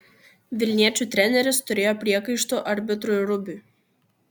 vilniečių treneris turėjo priekaištų arbitrui rubiui